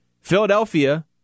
Philadelphia